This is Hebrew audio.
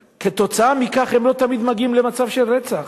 וכתוצאה מכך הם לא תמיד מגיעים למצב של רצח.